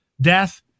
death